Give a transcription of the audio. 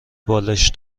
بالشت